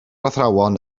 athrawon